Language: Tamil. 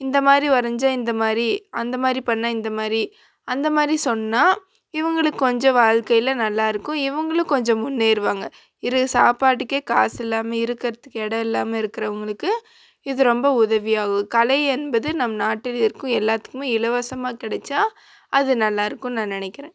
இந்தமாதிரி வரைஞ்சால் இந்தமாதிரி அந்தமாதிரி பண்ணால் இந்தமாதிரி அந்தமாதிரி சொன்னால் இவங்குளுக்கு கொஞ்சம் வாழ்க்கையில் நல்லாருக்கும் இவங்களும் கொஞ்சம் முன்னேறுவாங்க இரு சாப்பாட்டுக்கே காசு இல்லாமல் இருக்கிறத்துக்கு இடோம் இல்லாமல் இருக்கிறவங்களுக்கு இது ரொம்ப உதவியாகும் கலை என்பது நம் நாட்டில் இருக்கும் எல்லாத்துக்குமே இலவசமா கிடச்சா அது நல்லாருக்குதுன்னு நான் நினைக்குறேன்